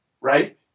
right